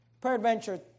Peradventure